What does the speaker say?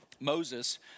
Moses